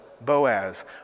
Boaz